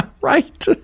Right